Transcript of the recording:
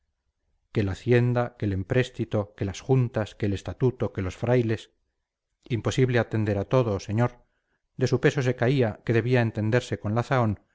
que la hacienda que el empréstito que las juntas que el estatuto que los frailes imposible atender a todo señor de su peso se caía que debía entenderse con